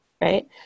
right